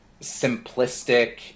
simplistic